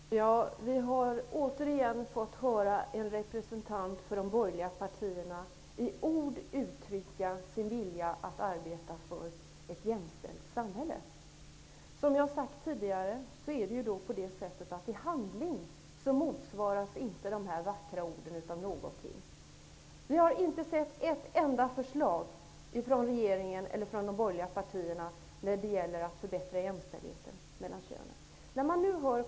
Fru talman! Vi har återigen fått höra en representant för de borgerliga partierna i ord uttrycka sin vilja att arbeta för ett jämställt samhälle. I handling motsvaras de vackra orden inte av någonting, som jag har sagt tidigare. Vi har inte sett ett enda förslag från de borgerliga partierna när det gäller att förbättra jämställdheten mellan könen.